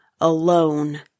alone